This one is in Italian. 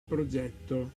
progetto